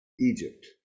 Egypt